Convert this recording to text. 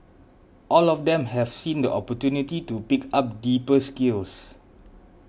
all of them have seen the opportunity to pick up deeper skills